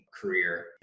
career